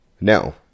no